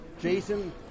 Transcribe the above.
Jason